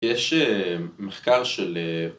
יש מחקר של